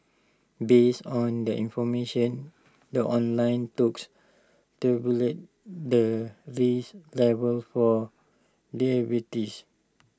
based on the information the online tabulates the risk level for diabetes